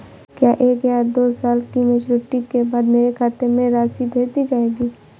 क्या एक या दो साल की मैच्योरिटी के बाद मेरे खाते में राशि भेज दी जाएगी?